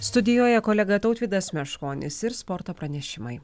studijoje kolega tautvydas meškonis ir sporto pranešimai